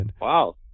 Wow